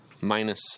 minus